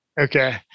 Okay